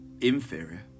inferior